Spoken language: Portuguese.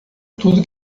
tudo